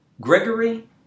Gregory